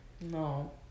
No